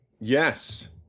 yes